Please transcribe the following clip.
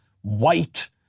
white